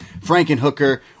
Frankenhooker